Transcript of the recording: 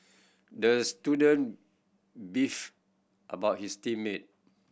the student beefed about his team mate